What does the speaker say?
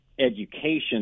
education